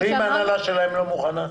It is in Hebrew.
ואם ההנהלה שלהם לא מוכנה?